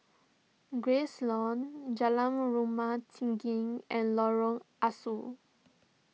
Grace Long Jalan Rumah Tinggi and Lorong Ah Soo